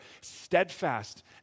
steadfast